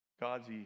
God's